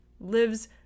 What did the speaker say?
lives